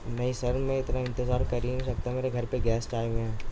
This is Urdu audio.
نہیں سر میں اتنا انتظار کر ہی نہیں سکتا میرے گھر پہ گیسٹ آئے ہوئے ہیں